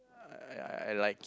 I I like